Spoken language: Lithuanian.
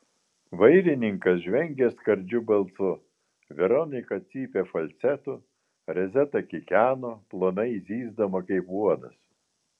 vairininkas žvengė skardžiu balsu veronika cypė falcetu rezeta kikeno plonai zyzdama kaip uodas